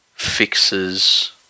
fixes